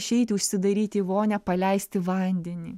išeiti užsidaryt į vonią paleisti vandenį